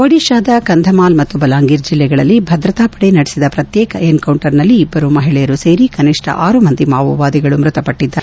ಒಡಿತಾದ ಕಂಧಮಾಲ್ ಮತ್ತು ಬಲಾಂಗಿರ್ ಜಿಲ್ಲೆಗಳಲ್ಲಿ ಭದ್ರತಾ ಪಡೆ ನಡೆಸಿದ ಶ್ರತ್ನೇಕ ಎನ್ ಕೌಂಟರ್ ನಲ್ಲಿ ಇಬ್ಲರು ಮಹಿಳೆಯರು ಸೇರಿ ಕನಿಷ್ಣ ಆರು ಮಂದಿ ಮಾವೋವಾದಿಗಳು ಮೃತಪಟ್ಟಿದ್ಗಾರೆ